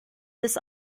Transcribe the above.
this